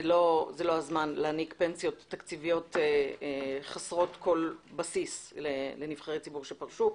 זה לא הזמן להעניק פנסיות תקציביות חסרות כל בסיס לנבחרי ציבור שפרשו.